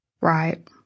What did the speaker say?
Right